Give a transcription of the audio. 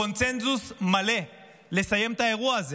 קונסנזוס מלא לסיים את האירוע הזה.